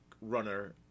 runner